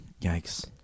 Yikes